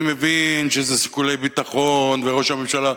אני מבין שזה שיקולי ביטחון וראש הממשלה,